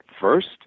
first